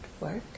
work